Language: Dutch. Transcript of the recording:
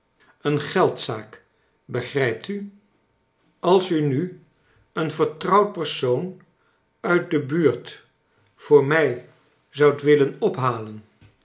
een geldzaak begrijpt u als u nu een vertrouwd persoon uit de buurt voor mij zoudt willen ophalen